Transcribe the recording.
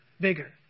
bigger